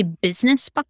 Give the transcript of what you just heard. business